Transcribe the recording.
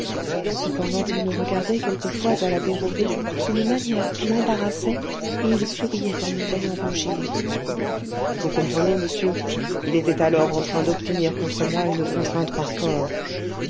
cependant il me regardait quelquefois à la dérobée d'une manière qui m'embarrassait et il souriait en me voyant rougir vous comprenez monsieur il était alors en train d'obtenir contre moi une contrainte par corps